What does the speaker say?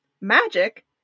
magic